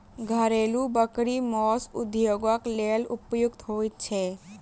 घरेलू बकरी मौस उद्योगक लेल उपयुक्त होइत छै